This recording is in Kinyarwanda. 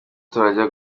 turajya